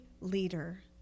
leader